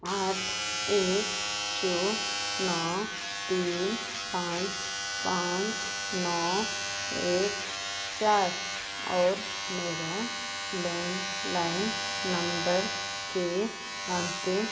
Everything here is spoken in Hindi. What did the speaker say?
आठ एक छः नौ तीन पाँच पाँच नौ एक चार और मेरा लैंडलाइन नंबर के अंतिम